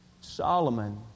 Solomon